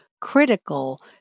critical